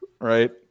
right